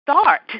start